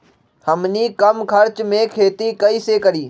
हमनी कम खर्च मे खेती कई से करी?